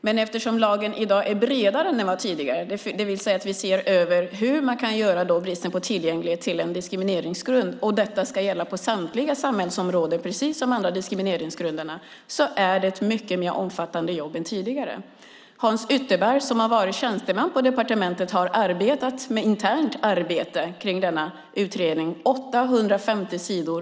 Men eftersom lagen i dag är bredare än den var tidigare och vi ser över hur vi kan göra bristen på tillgänglighet till en diskrimineringsgrund som ska gälla på samtliga samhällsområden, precis som andra diskrimineringsgrunder, är det ett mycket mer omfattande jobb än tidigare. Hans Ytterberg har som tjänsteman på departementet arbetat internt med denna utredning. Han har producerat 850 sidor.